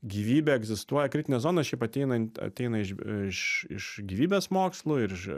gyvybė egzistuoja kritinė zona šiaip ateina ateina iš iš iš gyvybės mokslų ir iš